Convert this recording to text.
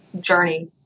Journey